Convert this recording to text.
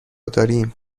داریم